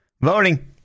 voting